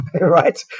right